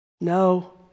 No